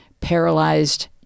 paralyzed